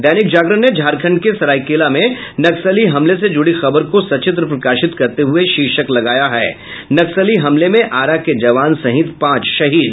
दैनिक जागरण ने झारखण्ड के सरायकेला में नक्सली हमले से जुड़ी खबर को सचित्र प्रकाशित करते हुये शीर्षक लगाया है नक्सली हमले में आरा के जवान सहित पांच शहीद